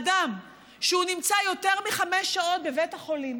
אדם שנמצא יותר מחמש שעות בבית החולים,